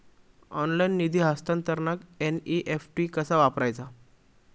Online निधी हस्तांतरणाक NEFT कसा वापरायचा?